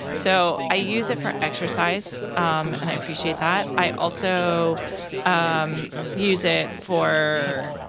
so i use it for exercise um and i appreciate that. i also um use it for